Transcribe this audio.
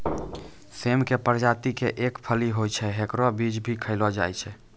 सेम के प्रजाति के एक फली होय छै, हेकरो बीज भी खैलो जाय छै